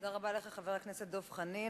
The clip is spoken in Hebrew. תודה רבה לך, חבר הכנסת דב חנין.